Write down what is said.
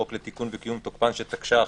חוק לתיקון וקיום תוקפן של תקש"ח,